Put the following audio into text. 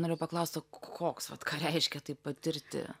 norėjau paklaust o koks vat ką reiškia tai patirti